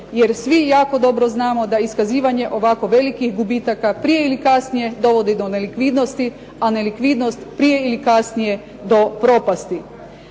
jer svi jako dobro znamo da iskazivanja ovako velikih gubitaka prije ili kasnije dovodi do nelikvidnosti a nelikvidnost prije ili kasnije do propasti.